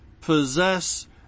possess